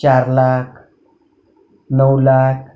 चार लाख नऊ लाख